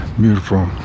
beautiful